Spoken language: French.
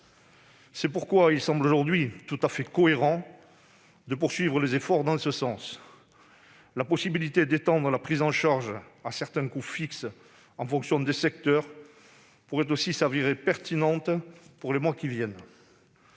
C'est pourquoi il semble aujourd'hui tout à fait cohérent de poursuivre les efforts dans ce sens. La possibilité d'étendre la prise en charge à certains coûts fixes, en fonction des secteurs, pourrait aussi s'avérer pertinente dans les mois qui viennent.